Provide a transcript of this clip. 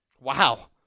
wow